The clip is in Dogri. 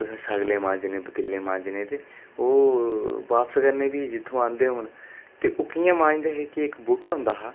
तुसें सगले मांजने पतीले मांजने ते ओह् बापस करने फ्ही जित्थुं आंदे दे होन ते ओह् कियां मांजदे हे कि इक बूह्टा होंदा हा